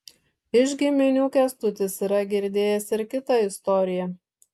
iš giminių kęstutis yra girdėjęs ir kitą istoriją